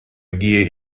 gehe